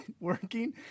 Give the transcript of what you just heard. working